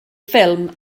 ffilm